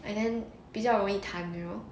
and then 比较容易弹 you know